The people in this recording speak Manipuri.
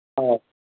ꯑꯧ